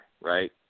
right